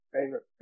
favorite